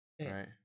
Right